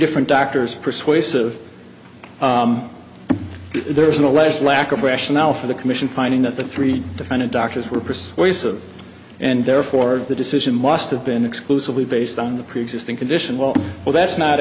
different doctors persuasive there was an alleged lack of rationale for the commission finding that the three defendant doctors were persuasive and therefore the decision must have been exclusively based on the preexisting condition well well that's not